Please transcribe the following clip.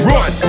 Run